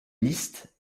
liste